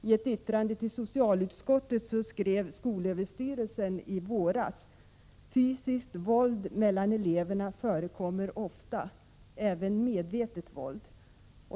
I ett yttrande till socialutskottet i våras skrev skolöversty relsen: ”Fysiskt våld mellan eleverna förekommer ofta, även medvetet våld.